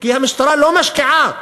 כי המשטרה לא משקיעה